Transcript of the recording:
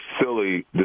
silly